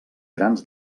grans